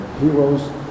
heroes